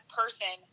person